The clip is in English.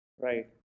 right